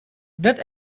dirt